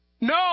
No